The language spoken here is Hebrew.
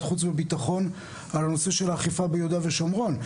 חוץ וביטחון על הנושא של אכיפה ביהודה ושומרון,